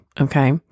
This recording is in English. okay